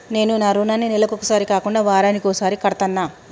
నేను నా రుణాన్ని నెలకొకసారి కాకుండా వారానికోసారి కడ్తన్నా